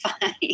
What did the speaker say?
fine